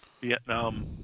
Vietnam